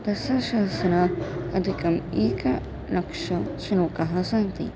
दशसहस्राधिक एकलक्षश्लोकाः सन्ति